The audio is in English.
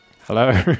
hello